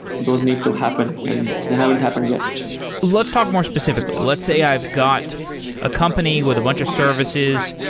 those need to happen and they haven't happened yet let's talk more specifically. let's say i've got a company with a bunch of services.